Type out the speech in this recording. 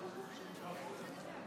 אני מתכבד לעדכן כי הממשלה החליטה,